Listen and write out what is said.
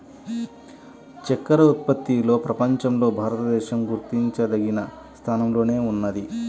చక్కర ఉత్పత్తిలో ప్రపంచంలో భారతదేశం గుర్తించదగిన స్థానంలోనే ఉన్నది